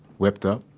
ripped up,